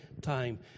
time